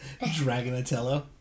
Dragonatello